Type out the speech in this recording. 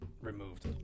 removed